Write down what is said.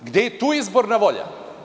Gde je tu izborna volja?